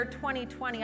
2020